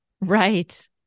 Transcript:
Right